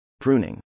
Pruning